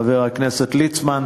חבר הכנסת ליצמן,